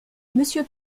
monsieur